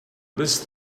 list